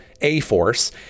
A-Force